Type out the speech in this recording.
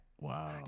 wow